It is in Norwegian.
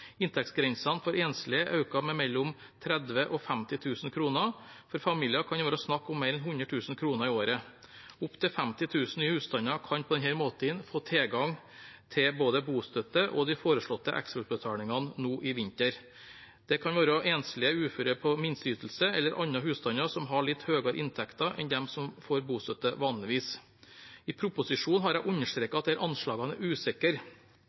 Inntektsgrensene for enslige er økt med mellom 30 000 og 50 000 kr. For familier kan det være snakk om mer enn 100 000 kr i året. Opptil 50 000 nye husstander kan på denne måten få tilgang til både bostøtte og de foreslåtte ekstrautbetalingene nå i vinter. Det kan være enslige uføre på minsteytelse eller andre husstander som har litt høyere inntekter enn dem som får bostøtte vanligvis. I proposisjonen har jeg understreket at disse anslagene